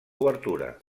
obertura